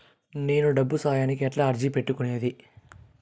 నేను డబ్బు సహాయానికి ఎట్లా అర్జీ పెట్టుకునేది?